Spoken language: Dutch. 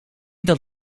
dat